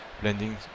blending